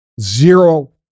zero